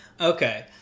okay